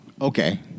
Okay